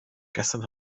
gestern